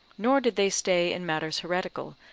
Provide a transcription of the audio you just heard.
nor did they stay in matters heretical,